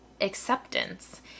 acceptance